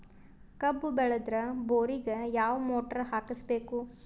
ಕಬ್ಬು ಬೇಳದರ್ ಬೋರಿಗ ಯಾವ ಮೋಟ್ರ ಹಾಕಿಸಬೇಕು?